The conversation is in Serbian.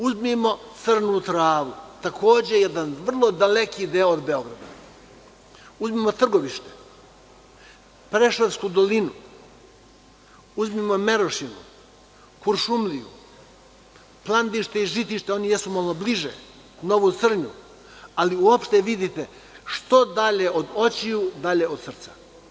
Uzmimo Crnu Travu, takođe jedan vrlo daleki deo od Beograda, uzmimo Trgovište, Preševsku Dolinu, uzmimo Merošinu, Kuršumliju, Plandište i Žitište, oni jesu malo bliže, Novu Crnju, ali uopšte, vidite, što dalje od očiju, dalje od srca.